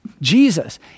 Jesus